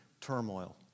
Turmoil